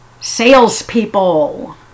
salespeople